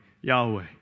Yahweh